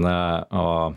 na o